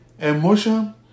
emotion